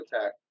attack